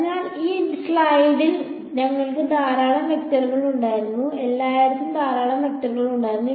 അതിനാൽ ഈ സ്ലൈഡിൽ ഞങ്ങൾക്ക് ധാരാളം വെക്ടറുകൾ ഉണ്ടായിരുന്നു എല്ലായിടത്തും ധാരാളം വെക്ടറുകൾ ഉണ്ടായിരുന്നു